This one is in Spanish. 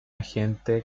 agente